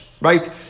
right